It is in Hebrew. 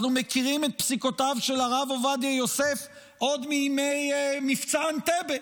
אנחנו מכירים את פסיקותיו של הרב עובדיה יוסף עוד מימי מבצע אנטבה,